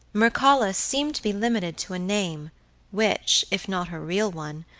mircalla seemed to be limited to a name which, if not her real one,